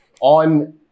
on